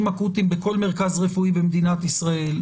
אקוטיים בכל מרכז רפואי במדינת ישראל,